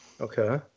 Okay